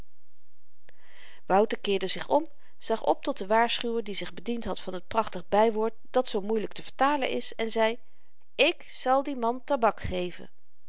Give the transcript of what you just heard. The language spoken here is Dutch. wouter keerde zich om zag op tot den waarschuwer die zich bediend had van t prachtig bywoord dat zoo moeielyk te vertalen is en zei ik zal dien man tabak geven